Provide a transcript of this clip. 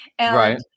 Right